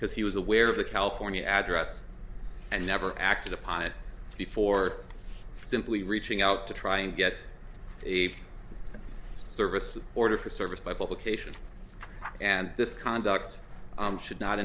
because he was aware of the california address and never acted upon it before simply reaching out to try and get a service order for service by publication and this conduct should not